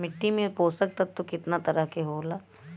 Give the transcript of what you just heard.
मिट्टी में पोषक तत्व कितना तरह के होला?